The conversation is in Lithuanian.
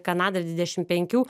kanada dvidešim penkių